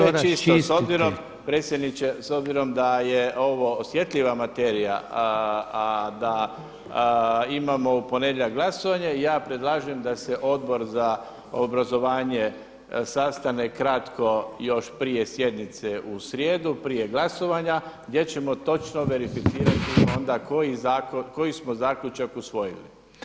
Da bude sve čisto, s obzirom predsjedniče, s obzirom da je, ovo osjetljiva materija a da, imamo u ponedjeljak glasovanje i ja predlažem da se Odbor za obrazovanje sastane kratko još prije sjednice u srijedu, prije glasovanja gdje ćemo točno verificirati onda koji smo zaključak usvojili.